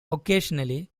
occasionally